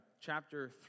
chapter